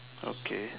okay